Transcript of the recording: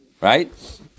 Right